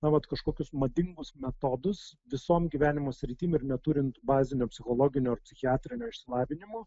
na vat kažkokius madingus metodus visoms gyvenimo sritim ir neturint bazinio psichologinio ar psichiatrinio išsilavinimo